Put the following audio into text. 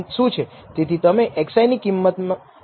આ રીતે આપણે ખરેખર નિષ્કર્ષ કાઢીએ છીએ